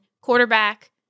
quarterback